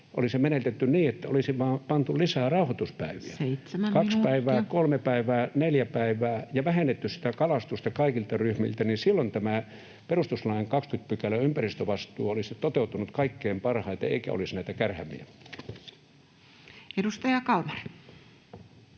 olisi menetelty niin, että olisi vain pantu lisää rauhoituspäiviä [Puhemies: 7 minuuttia!] kaksi päivää, kolme päivää, neljä päivää ja vähennetty sitä kalastusta kaikilta ryhmiltä, niin silloin tämä perustuslain 20 §:n ympäristövastuu olisi toteutunut kaikkein parhaiten eikä olisi näitä kärhämiä. [Speech 157]